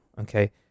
Okay